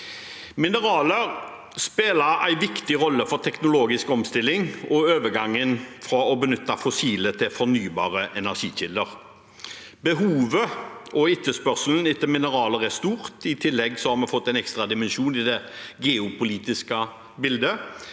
Mineraler spiller en viktig rolle for teknologisk omstilling og for overgangen fra å benytte fossile til å benytte fornybare energikilder. Behovet og etterspørselen etter mineraler er stort. I tillegg har vi fått en ekstra dimensjon i det geopolitiske bildet,